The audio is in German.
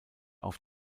auf